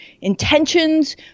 intentions